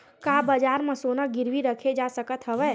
का बजार म सोना गिरवी रखे जा सकत हवय?